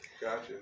Gotcha